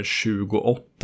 28